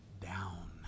down